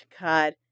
God